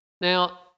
Now